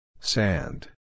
Sand